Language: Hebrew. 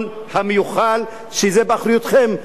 שזה באחריותכם והעיכוב הוא באחריותכם.